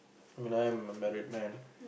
when I'm a married man